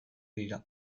dira